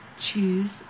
Choose